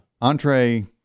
Entree